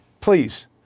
Please